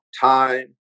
time